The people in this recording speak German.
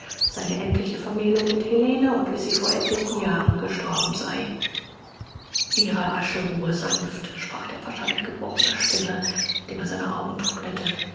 seine endliche vermählung mit helene und wie sie vor etlichen jahren gestorben sei ihre asche ruhe sanft sprach der pascha mit gebrochener stimme indem er seine augen trocknete